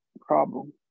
problem